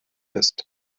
ist